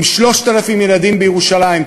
עם 3,000 ילדים בירושלים,